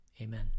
amen